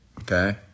Okay